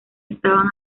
estaban